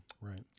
Right